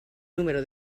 número